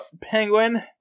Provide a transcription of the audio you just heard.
Penguin